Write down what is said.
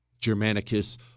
Germanicus